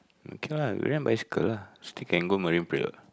okay what rent bicycle lah still can go Marine-Parade what